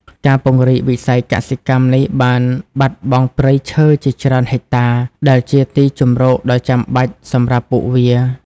ការពង្រីកវិស័យកសិកម្មនេះបានបាត់បង់ព្រៃឈើជាច្រើនហិកតា ដែលជាទីជម្រកដ៏ចាំបាច់សម្រាប់ពួកវា។